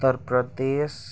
Uttar Pradesh